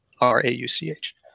R-A-U-C-H